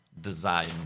design